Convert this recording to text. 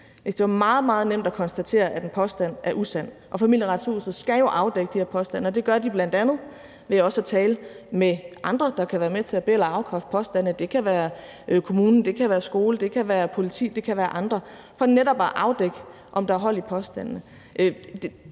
meget, meget nemt at konstatere, at en påstand er usand, vil jeg sige, at Familieretshuset jo skal afdække de her påstande, og det gør de bl.a. ved også at tale med andre, der kan være med til at be- eller afkræfte påstande – det kan være kommunen, det kan være skolen, det kan være politi, det kan være andre – for netop at afdække, om der er hold i påstandene.